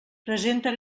presenta